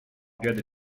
piede